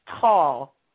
tall